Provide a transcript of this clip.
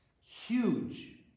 huge